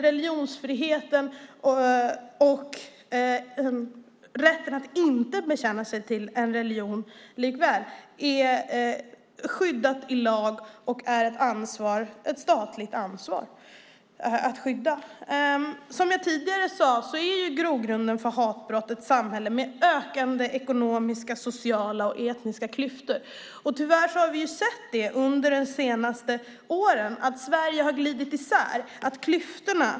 Religionsfriheten och rätten att inte bekänna sig till en religion är skyddad i lag, och staten har ett ansvar att skydda dessa. Som jag tidigare sade är grogrunden för hatbrott ett samhälle med ökande ekonomiska, sociala och etniska klyftor. Tyvärr har vi under de senaste åren sett att Sverige har glidit isär.